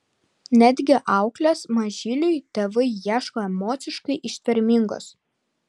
netgi auklės mažyliui tėvai ieško emociškai ištvermingos